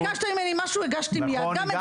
ביקשת ממני משהו הגשתי מיד.